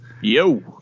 Yo